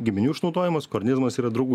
giminių išnaudojimas kornizmas yra draugų